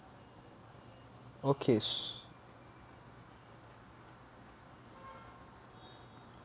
okay s~